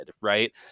right